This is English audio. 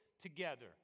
together